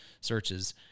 searches